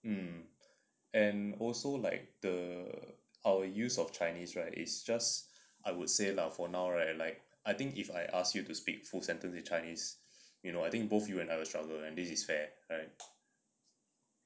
um and also like the our use of chinese right is just I would say lah for now right like I think if I asked you to speak full sentence in chinese you know I think both you and I will struggle and this is fair right